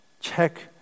Check